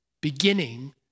beginning